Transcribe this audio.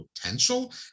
potential